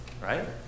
right